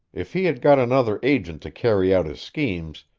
if he had got another agent to carry out his schemes,